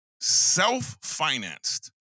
self-financed